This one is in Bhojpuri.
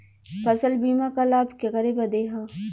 फसल बीमा क लाभ केकरे बदे ह?